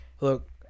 look